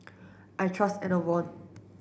I trust Enervon